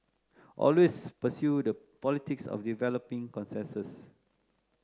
always pursue the politics of developing consensus